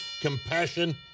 compassion